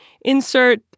insert